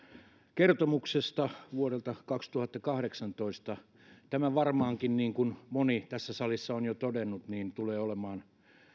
kertomuksesta vuodelta kaksituhattakahdeksantoista tähän varmaankin niin kuin moni tässä salissa on jo todennut olisi